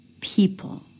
people